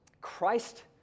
Christ